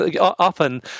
often